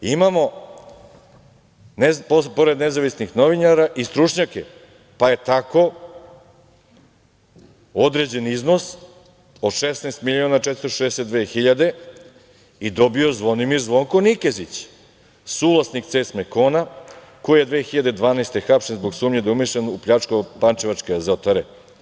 Imamo pored nezavisnih novinara i stručnjake, pa je tako određen iznos od 16.462.000 i dobio Zvonimir Zvonko Nikezić, suvlasnik „CES Mekona“, koji je 2012. godine hapšen zbog sumnje da je umešan u pljačku Pančevačke azotare.